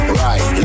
right